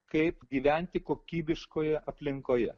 kaip gyventi kokybiškoje aplinkoje